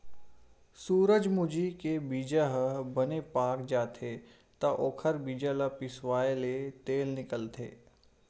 सूरजमूजी के बीजा ह बने पाक जाथे त ओखर बीजा ल पिसवाएले तेल निकलथे